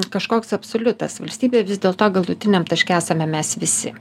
kažkoks absoliutas valstybė vis dėlto galutiniam taške esame mes visi